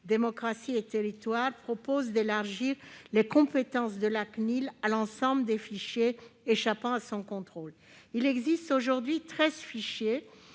Démocratie et Territoires, vise à élargir les compétences de la CNIL à l'ensemble des fichiers échappant à son contrôle. Il existe aujourd'hui treize fichiers